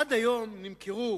עד היום נמכרו